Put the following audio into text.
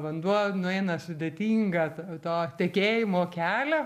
vanduo nueina sudėtingą to tekėjimo kelią